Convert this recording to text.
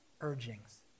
urgings